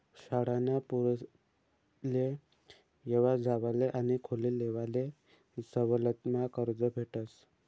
शाळाना पोरेसले येवा जावाले आणि खोली लेवाले सवलतमा कर्ज भेटस